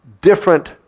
different